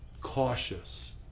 cautious